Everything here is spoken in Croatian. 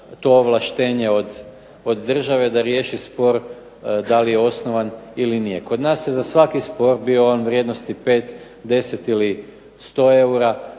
to ovlaštenje od države da riješi spor da li je osnovan ili nije. Kod nas se za svaki spor bio on vrijednosti 5, 10 ili 100 eura